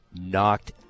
knocked